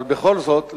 אבל בכל זאת,